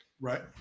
right